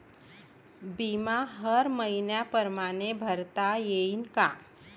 बिमा हर मइन्या परमाने भरता येऊन का?